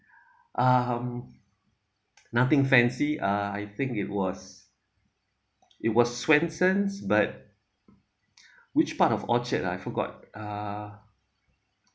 um nothing fancy uh I think it was it was swensen's but which part of orchard ah I forgot uh